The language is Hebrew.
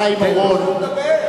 חבר הכנסת חיים אורון גמר את ההלל,